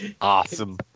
Awesome